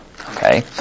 Okay